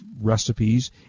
recipes